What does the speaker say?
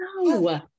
no